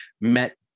met